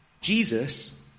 Jesus